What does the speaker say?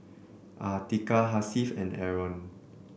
Atiqah Hasif and Aaron